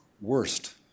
worst